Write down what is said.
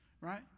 right